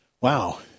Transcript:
wow